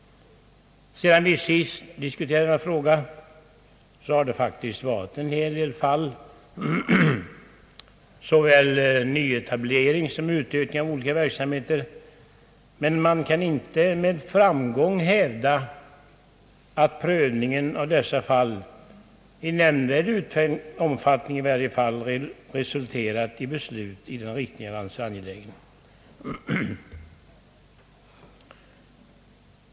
Sedan vi sist diskuterade denna fråga har det faktiskt förekommit en hel del fall, såväl nyetablering som utökning av olika verksamheter, men man kan inte med framgång hävda att prövningen av dessa fall i nämnvärd omfattning resulterat i beslut i den riktning man är så angelägen om.